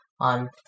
on